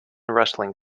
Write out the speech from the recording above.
wrestling